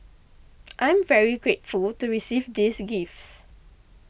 I'm very grateful to receive these gifts